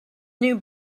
new